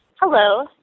Hello